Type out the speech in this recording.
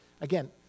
Again